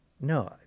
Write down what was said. No